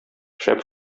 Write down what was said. шәп